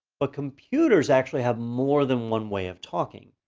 but computers actually have more than one way of talking.